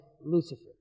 Lucifer